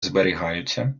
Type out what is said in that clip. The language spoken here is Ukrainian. зберігаються